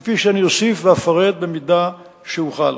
כפי שאני אוסיף ואפרט במידה שאוכל.